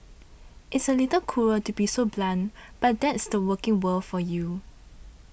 it's a little cruel to be so blunt but that's the working world for you